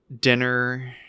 dinner